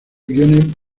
guiones